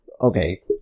Okay